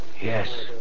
Yes